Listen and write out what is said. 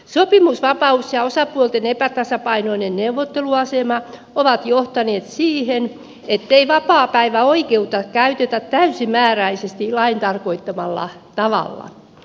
sopimusvapaus ja osapuolten epätasapainoinen neuvotteluasema ovat johtaneet siihen ettei vapaapäiväoikeutta käytetä täysimääräisesti lain tarkoittamalla tavalla